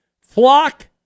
flock